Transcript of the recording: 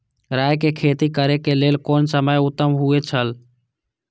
राय के खेती करे के लेल कोन समय उत्तम हुए छला?